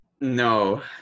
no